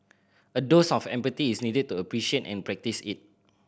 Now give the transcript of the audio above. a dose of empathy is needed to appreciate and practice it